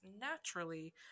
naturally